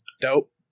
Dope